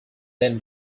then